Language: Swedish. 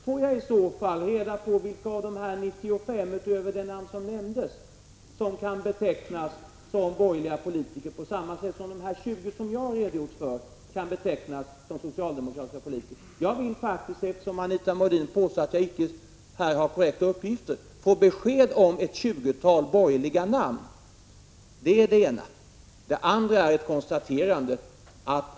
Får jagiså fall reda på vilka av dessa 95 personer, utöver det namn som nämndes, som kan betecknas som borgerliga politiker på samma sätt som de 20 som jag har redogjort för kan betecknas som socialdemokratiska politiker? Eftersom Anita Modin påstår att mina uppgifter inte är korrekta vill jag faktiskt få besked om ett tjugotal borgerliga namn. Det var det ena. Det andra är ett konstaterande.